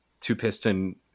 Two-piston